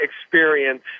experience